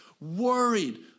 worried